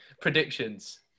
predictions